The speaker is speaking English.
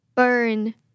Burn